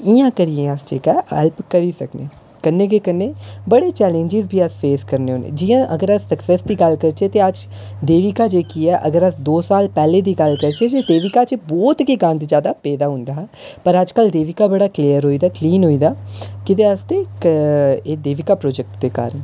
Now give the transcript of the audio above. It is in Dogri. ते इ'यां करियै हैल्फ करी सकने आं कन्नै गै कन्नै बड़े चैलेन्जिस अस फेस करी सकने आं जि'यां अगर अस सक्सैस दी गल्ल करचै तां देविका जेह्की ऐ दो साल पैहले दी गल्ल करचै जे देविका च बहुत गै गंद ज्यादा पेदा हा पर अज कल देविका बड़ा क्लियर होई गेदा ऐ कलीन होई दा कैह्दे आस्तै एह देविका प्रोजेक्ट दे कारण